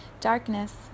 darkness